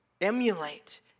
emulate